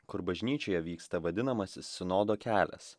kur bažnyčioje vyksta vadinamasis sinodo kelias